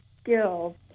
skills